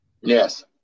Yes